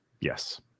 Yes